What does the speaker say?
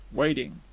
waiting.